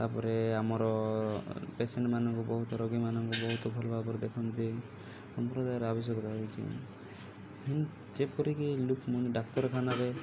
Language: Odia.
ତାପରେ ଆମର ପେସେଣ୍ଟମାନଙ୍କୁ ବହୁତ ରୋଗୀମାନଙ୍କୁ ବହୁତ ଭଲଭାବରେ ଦେଖନ୍ତି ସମ୍ପ୍ରଦାୟର ଆବଶ୍ୟକତା ହେଉଛି ଯେପରିକି ଡାକ୍ତରଖାନାରେ